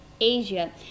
Asia